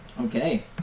Okay